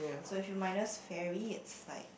so if you minus ferry it's like